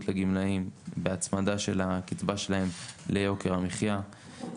לגמלאים בהצמדה של הקצבה שלהם ליוקר המחיה.